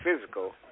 physical